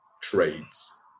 trades